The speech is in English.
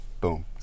Boom